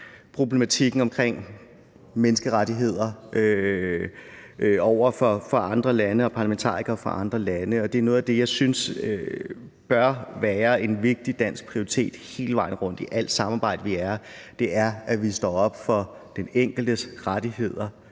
problematikken om menneskerettigheder over for andre lande og parlamentarikere fra andre lande. Og det er noget, jeg synes bør være en vigtig dansk prioritet hele vejen rundt i alt det samarbejde, vi er med i, nemlig at vi står op for den enkeltes ret til være